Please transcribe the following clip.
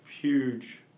huge